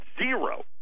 zero